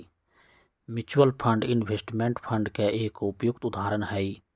mutual fund investment fund के एक उपयुक्त उदाहरण हई